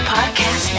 Podcast